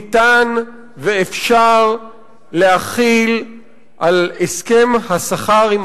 ניתן ואפשר להחיל על הסכם השכר עם